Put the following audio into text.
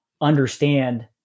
understand